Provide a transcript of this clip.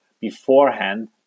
beforehand